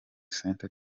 centre